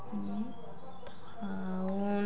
ଆଉ